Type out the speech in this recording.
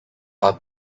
are